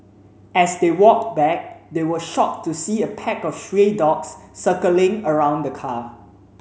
as they walked back they were shocked to see a pack of stray dogs circling around the car